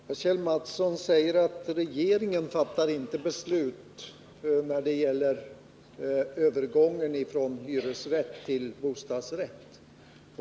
Herr talman! Kjell Mattsson säger att regeringen inte fattar beslut i fall som gäller övergång från hyresrätt till bostadsrätt.